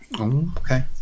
okay